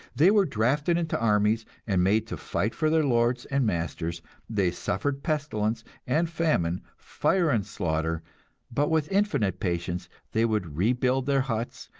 they were drafted into armies, and made to fight for their lords and masters they suffered pestilence and famine, fire and slaughter but with infinite patience they would rebuild their huts,